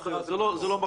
זה נכון.